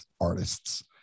artists